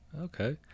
Okay